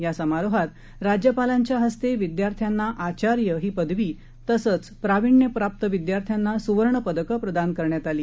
यासमारोहातराज्यपालांच्याहस्तेविद्यार्थ्यांनाआचार्यहीपदवीतसंचप्राविण्यप्राप्तविद्यार्थां नासुवर्णपदकंप्रदानकरण्यातआली